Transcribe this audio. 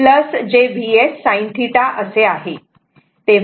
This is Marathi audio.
तर मुळात v Vs cos θ j Vssin θ असे आहे